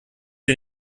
sie